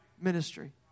ministry